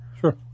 Sure